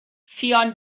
ffion